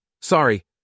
Sorry